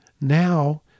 now